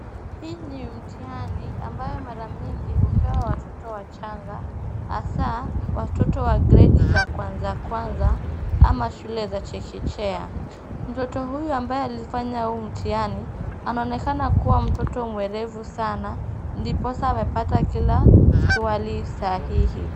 Hii ni mtihani ambayo mara mingi hupewa watoto wachanga hasaa watoto wa gredi za kwanza kwanza ama shule za chekechea. Mtoto huyu ambaye alifanya huu mtihani, anaonekana kuwa mtoto mwerevu sana, ndiposa amepata kila swali sahihi.